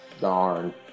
Darn